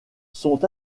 sont